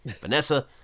Vanessa